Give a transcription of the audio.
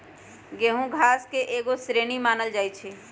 गेहूम घास के एगो श्रेणी मानल जाइ छै